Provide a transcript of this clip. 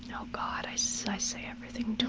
and oh god, i so i say everything to